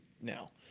Now